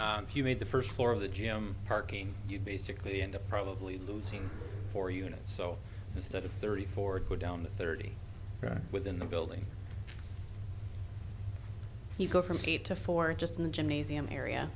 you made the first floor of the gym parking you'd basically end up probably losing four units so instead of thirty four down the thirty within the building you go from eight to four just in the gymnasium area